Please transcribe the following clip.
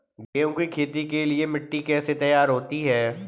गेहूँ की खेती के लिए मिट्टी कैसे तैयार होती है?